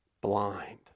Blind